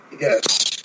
Yes